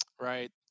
Right